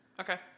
Okay